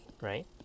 right